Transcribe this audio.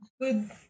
good